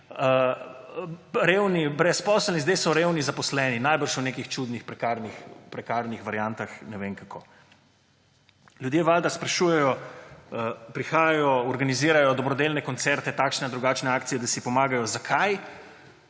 revni brezposelni, zdaj so revni zaposleni, najbrž v nekih čudnih prekarnih variantah, ne vem kako. Ljudje valjda sprašujejo, prihajajo, organizirajo dobrodelne koncerte, takšne in drugačne akcije, da si pomagajo. Zakaj?